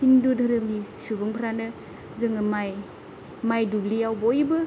हिन्दु धोरोमनि सुबुंफ्रानो जोङो माइ माइ दुब्लियाव बयबो